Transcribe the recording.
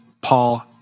Paul